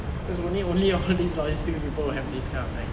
cause only only under this law is still people have these kind of thing